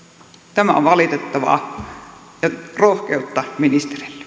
tämä on valitettavaa rohkeutta ministerille